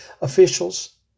officials